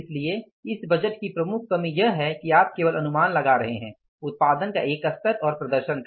इसलिए इस बजट की प्रमुख सीमा यह है कि आप केवल अनुमान लगा रहे हैं उत्पादन का एक स्तर और प्रदर्शन का